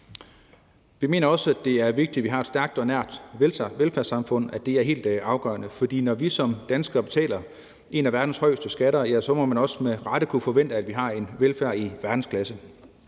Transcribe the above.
Vi mener også, at det er vigtigt, at vi har et stærkt og nært velfærdssamfund. Det er helt afgørende, for når vi som danskere betaler nogle af verdens højeste skatter, må vi også med rette kunne forvente, at vi har en velfærd i verdensklasse.